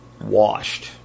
washed